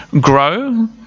grow